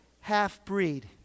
Half-breed